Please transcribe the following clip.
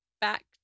back